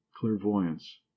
clairvoyance